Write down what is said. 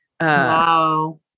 Wow